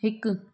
हिकु